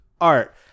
art